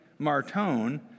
Martone